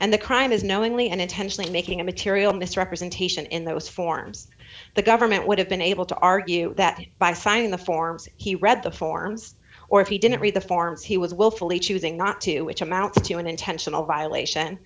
and the crime is knowingly and intentionally making a material misrepresentation in those forms the government would have been able to argue that by signing the forms he read the forms or if he didn't read the forms he was willfully choosing not to which amounts to an intentional violation